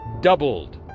doubled